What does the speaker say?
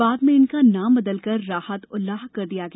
बाद में इनका नाम बदलकर राहत उल्लाह कर दिया गया